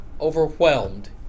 overwhelmed